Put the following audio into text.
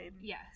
Yes